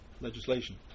legislation